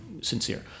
sincere